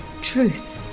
Truth